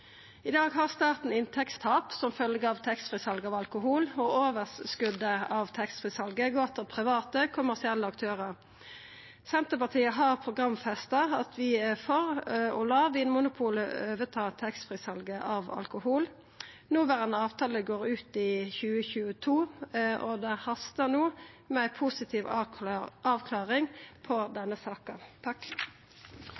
I dag har staten inntektstap som følgje av taxfree-salet av alkohol, og overskotet av taxfree-salet går til private, kommersielle aktørar. Senterpartiet har programfesta at vi er for å la Vinmonopolet ta over taxfree-salet av alkohol. Noverande avtale går ut i 2022, og det hastar no med å få ei positiv avklaring